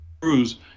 Cruz